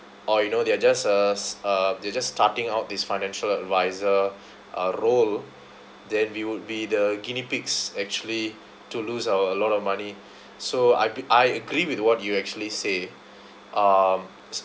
or you know they're just uh uh they're just starting out this financial advisor uh role then we would be the guinea pigs actually to lose our a lot of money so I I agree with what you actually say um